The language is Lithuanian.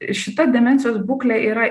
šita demencijos būklė yra